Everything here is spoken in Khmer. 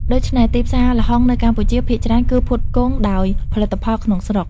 ដូច្នេះ ទីផ្សារល្ហុងនៅកម្ពុជាភាគច្រើនគឺផ្គត់ផ្គង់ដោយផលិតផលក្នុងស្រុក។